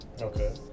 Okay